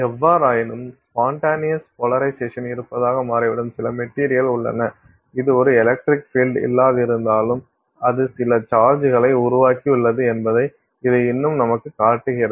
எவ்வாறாயினும் spontaneous polarization இருப்பதாக மாறிவிடும் சில மெட்டீரியல்கள் உள்ளன இது ஒரு எலக்ட்ரிக் பீல்டு இல்லாதிருந்தாலும் அது சில சார்ஜ்களை உருவாக்கியுள்ளது என்பதை இது இன்னும் நமக்கு காட்டுகிறது